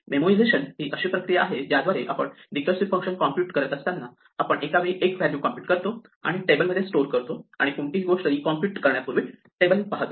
memorisation ही अशी प्रक्रिया आहे ज्याद्वारे आपण रिकर्सिव्ह फंक्शन कॉम्पुट करत असताना आपण एका वेळी एक व्हॅल्यू कॉम्पुट करतो आणि टेबलमध्ये स्टोअर करतो आणि कोणत्याही गोष्ट रिकॉम्पुट करण्यापूर्वी टेबल पाहतो